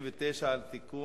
29) (תיקון),